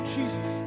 Jesus